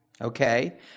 okay